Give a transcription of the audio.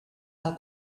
del